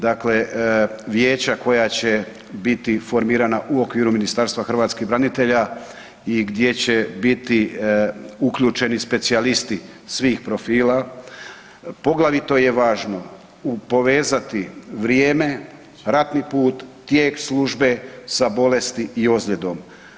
Dakle, vijeća koja će biti formirana u okviru Ministarstva hrvatskih branitelja i gdje će biti uključeni specijalisti svih profila, poglavito je važno povezati vrijeme, ratni put, tijek službe sa bolesti i ozljedom.